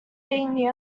being